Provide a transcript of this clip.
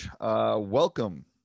welcome